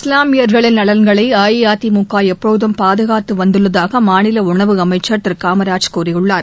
இஸ்லாமியர்களின் நலன்களை அஇஅதிமுக எப்போதும் பாதுகாத்து வந்துள்ளதாக மாநில உணவு அமைச்சர் திரு காமராஜ் கூறியுள்ளார்